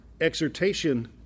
Exhortation